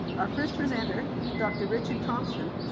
our first presenter, dr. richard thompson,